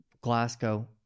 Glasgow